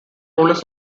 oldest